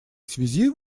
связи